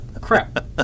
crap